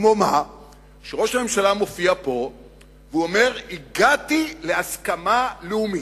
כמו מה שראש הממשלה מופיע פה ואומר: הגעתי להסכמה לאומית.